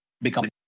become